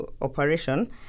operation